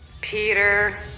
Peter